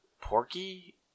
Porky